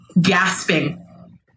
gasping